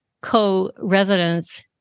co-residents